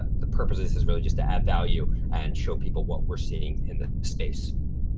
the purpose of this is really just to add value and show people what we're seeing in the space.